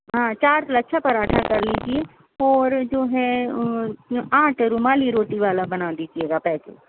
ہاں چار لچھا پراٹھا کر لیجیے اور جو ہے آٹھ رومالی روٹی والا بنا دیجیے گا پیکٹ